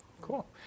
Cool